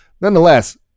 nonetheless